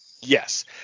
Yes